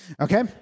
Okay